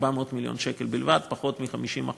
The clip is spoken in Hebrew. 400 מיליון שקל בלבד, פחות מ-50%.